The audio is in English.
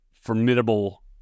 formidable